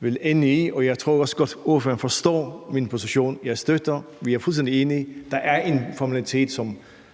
vil ende i, og jeg tror også godt, at ordføreren forstår min position. Jeg støtter det, og vi er fuldstændig enige, men der er bare en formalitet, som